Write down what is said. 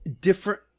different